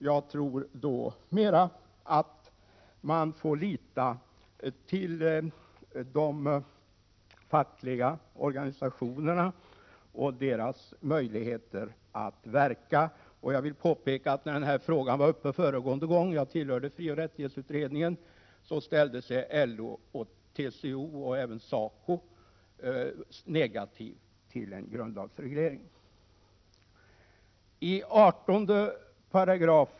Jag anser att man mera får lita till de fackliga organisationerna och deras möjligheter att verka. När den här frågan behandlades i frioch rättighetsutredningen, som jag fanns med i, ställde sig både LO, TCO och SACO negativa till en grundlagsreglering.